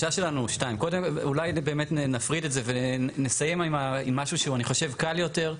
קודם אולי באמת נפריד את זה ונסיים עם משהו שאני חושב שהוא קל יותר,